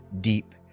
deep